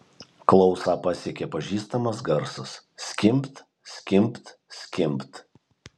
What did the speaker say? klausą pasiekė pažįstamas garsas skimbt skimbt skimbt